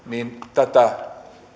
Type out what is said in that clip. tätä